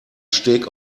steg